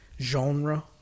genre